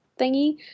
thingy